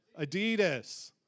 Adidas